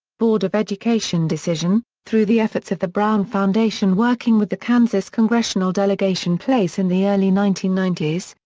board of education decision, through the efforts of the brown foundation working with the kansas congressional delegation place in the early nineteen ninety s,